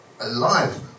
alive